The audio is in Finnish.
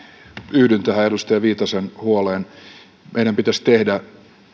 yhdyn tähän edustaja viitasen huoleen meidän pitäisi tehdä